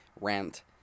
rent